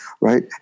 right